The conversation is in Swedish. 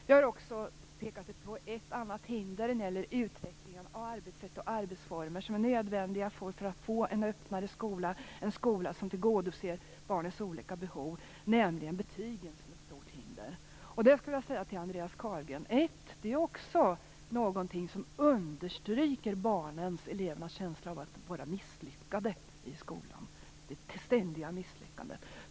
Vi har också pekat på ett annat hinder när det gäller den utveckling av arbetssätt och arbetsformer som är nödvändig för att få en öppnare skola, en skola som tillgodoser barnens olika behov. Det handlar om betygen. Det är ett stort hinder. Jag skulle vilja fråga Andreas Carlgren: Är inte det också något som understryker barnens, elevernas, känsla av att vara misslyckade i skolan, det ständiga misslyckandet?